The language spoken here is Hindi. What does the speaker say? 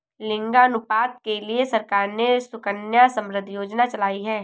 लिंगानुपात के लिए सरकार ने सुकन्या समृद्धि योजना चलाई है